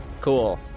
Cool